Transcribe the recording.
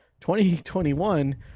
2021